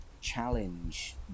challenge